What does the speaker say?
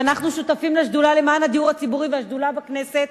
שאנחנו שותפים לשדולה למען הדיור הציבורי והשדולה בכנסת.